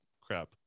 crap